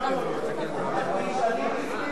אני אומר שאני מבקש לצרף את הסיעה.